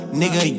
nigga